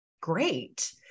great